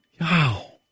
Wow